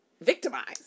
victimized